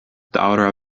daŭre